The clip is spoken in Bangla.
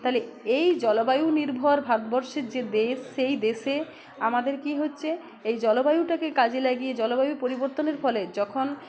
তালে এই জলবায়ু নির্ভর ভারতবর্ষের যে দেশ সেই দেশে আমাদের কী হচ্ছে এই জলবায়ুটাকে কাজে লাগিয়ে জলবায়ু পরিবর্তনের ফলে যখন